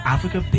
Africa